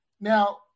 Now